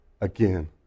again